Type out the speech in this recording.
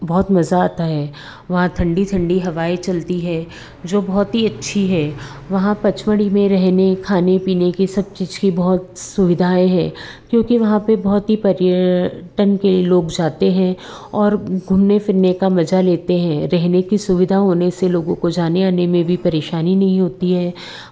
बहुत मज़ा आता है वहाँ ठंडी ठंडी हवाएँ चलती हैं जो बहुत ही अच्छी है वहाँ पंचमढ़ी में रहने खाने पीने की सब चीज़ की बहुत सुविधाएँ हैं क्योंकि वहाँ पर बहुत ही पर्यटन के लोग जाते हैं और घूमने फिरने का मज़ा लेते हैं रहने की सुविधा होने से लोगों को जाने आने में भी परेशानी नहीं होती है